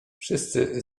wszyscy